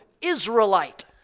Israelite